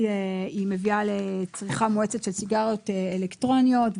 מביאה לצריכה מואצת של סיגריות אלקטרוניות,